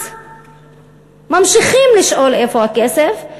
אז ממשיכים לשאול איפה הכסף,